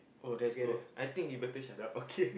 oh that's good I think he better shut up okay